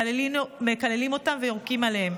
מקללים אותן ויורקים עליהן.